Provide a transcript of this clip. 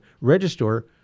register